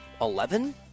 Eleven